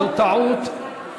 זו טעות,